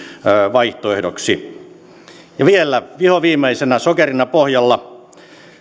vaihtoehdoksi ja vielä vihoviimeisenä sokerina pohjalla